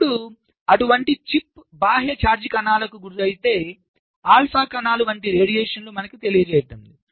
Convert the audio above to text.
ఇప్పుడు అటువంటి చిప్ బాహ్య చార్జ్ కణాలకు గురైతే ఆల్ఫా కణాలు వంటి రేడియేషన్లు మనకు తెలియజేయండి